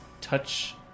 touch